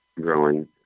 growing